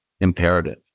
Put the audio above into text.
imperative